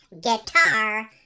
guitar